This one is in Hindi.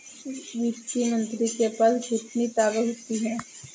वित्त मंत्री के पास कितनी ताकत होती है?